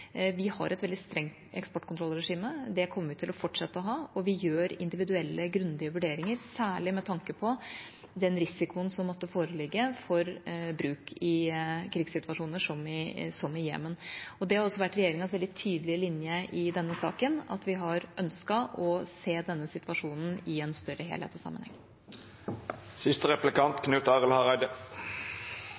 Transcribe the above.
Vi har et veldig strengt eksportkontrollregime, og det kommer vi til å fortsette å ha. Vi gjør individuelle, grundige vurderinger, særlig med tanke på den risikoen som måtte foreligge for bruk i krigssituasjoner som i Jemen. Det har også vært regjeringas veldig tydelige linje i denne saken at vi har ønsket å se denne situasjonen i en større